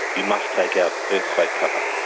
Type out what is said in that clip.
you must take out earthquake cover,